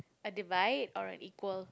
a divide or an equal